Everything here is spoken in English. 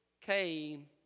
came